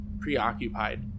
preoccupied